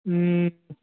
હમ